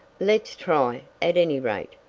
let's try, at any rate,